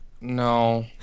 No